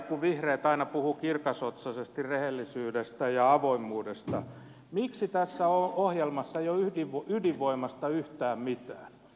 kun vihreät aina puhuvat kirkasotsaisesti rehellisyydestä ja avoimuudesta miksi tässä ohjelmassa ei ole ydinvoimasta yhtään mitään